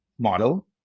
model